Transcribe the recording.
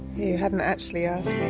you hadn't actually asked me,